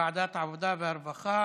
ועדת העבודה והרווחה